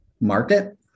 market